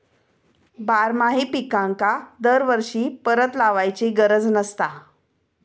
बारमाही पिकांका दरवर्षी परत लावायची गरज नसता